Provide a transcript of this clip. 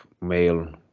male